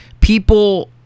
people